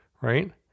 right